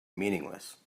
meaningless